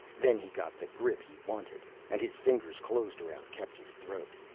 then he got the grip he wanted, and his fingers closed around kepta's throat.